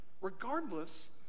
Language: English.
regardless